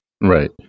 right